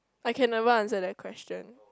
I can never answer that question